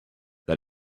that